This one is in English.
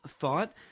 thought